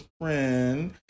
friend